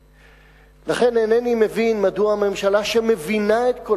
לכן אינני מבין מדוע ממשלה שמבינה את כל